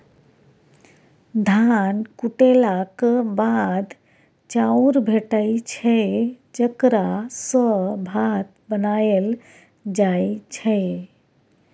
धान कुटेलाक बाद चाउर भेटै छै जकरा सँ भात बनाएल जाइ छै